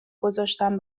گذاشتن